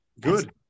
good